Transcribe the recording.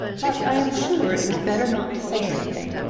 but i am sure it was better not to say anything,